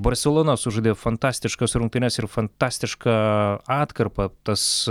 barselona sužaidė fantastiškas rungtynes ir fantastišką atkarpą tas